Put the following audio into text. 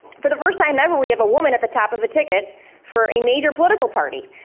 for the first time ever, we have a woman at the top of a ticket for a major political party.